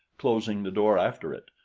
closing the door after it,